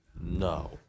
No